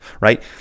right